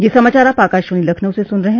ब्रे क यह समाचार आप आकाशवाणी लखनऊ से सुन रहे हैं